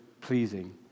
pleasing